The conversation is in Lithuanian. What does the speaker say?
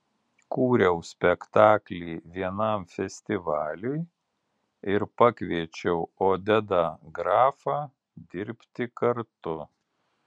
kūriau spektaklį vienam festivaliui ir pakviečiau odedą grafą dirbti kartu